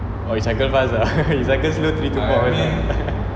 oh you cycle fast ah you cycle slow three to four hours ah